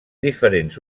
diferents